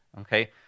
okay